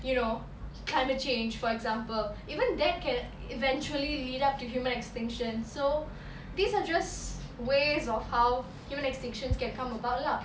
you know climate change for example even that can eventually lead up to human extinction so these are just ways of how human extinction can come about lah